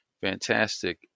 Fantastic